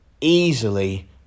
easily